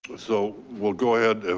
so we'll go ahead